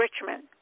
Richmond